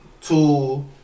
two